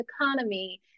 economy